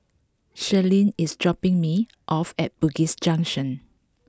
Shirleen is dropping me off at Bugis Junction